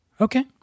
Okay